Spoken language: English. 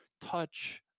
touch